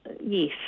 Yes